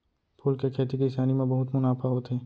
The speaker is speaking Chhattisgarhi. फूल के खेती किसानी म बहुत मुनाफा होथे